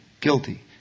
guilty